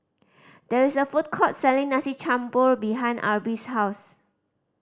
there is a food court selling Nasi Campur behind Arbie's house